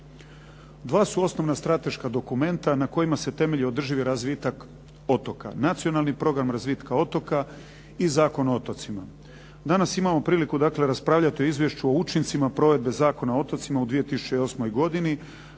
Dva su osnovna strateška dokumenta na kojima se temelji održivi razvitak otoka. Nacionalni program razvitka otoka i Zakon o otocima. Danas imamo priliku raspravljati o izvješću o učincima provedbe Zakona o otocima u 2008. godini